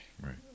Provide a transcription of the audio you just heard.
Right